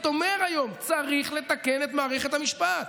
אומר היום: צריך לתקן את מערכת המשפט.